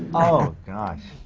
oh, gosh.